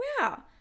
wow